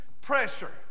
pressure